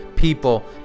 People